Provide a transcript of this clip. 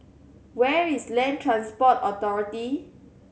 where is Land Transport Authority